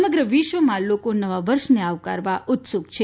સમગ્ર વિશ્વમાં લોકો નવા વર્ષને આવકારવા ઉત્સુક છે